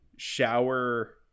shower